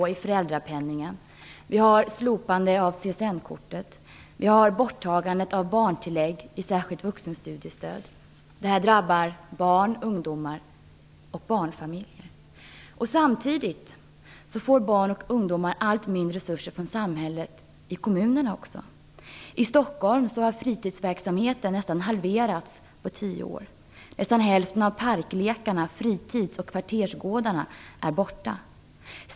Föräldrapenningen ligger på 75 % nivå. CSN-kortet har slopats. Barntillägg i särskilt vuxenstudiestöd tas bort, vilket drabbar barnfamiljer. Samtidigt får barn och ungdomar allt mindre resurser också från kommunerna. I Stockholm har fritidsverksamheten nästan halverats på tio år. Nästan hälften av parklekarna, fritids och kvartersgårdarna är borta.